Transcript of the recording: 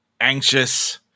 anxious